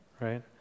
right